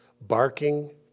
barking